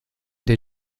der